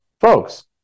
Folks